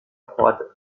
froide